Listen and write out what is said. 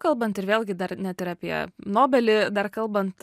kalbant ir vėlgi dar net ir apie nobelį dar kalbant